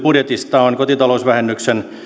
budjetista on kotitalousvähennyksen